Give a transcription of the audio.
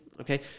okay